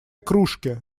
кружки